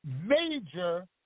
major